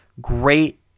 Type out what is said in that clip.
great